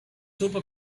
super